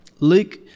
Luke